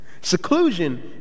Seclusion